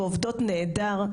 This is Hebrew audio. ועובדות נהדר,